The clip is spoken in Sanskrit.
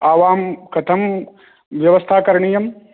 आवां कथं व्यवस्था करणीयम्